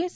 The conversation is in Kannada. ಎಸ್